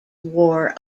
war